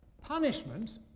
punishment